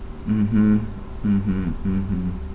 mmhmm mmhmm mmhmm